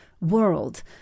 world